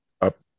up